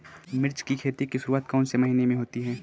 मिर्च की खेती की शुरूआत कौन से महीने में होती है?